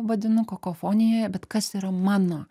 vadinu kakofonijoje bet kas yra mano